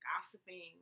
gossiping